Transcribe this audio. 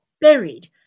buried